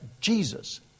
Jesus